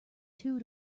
two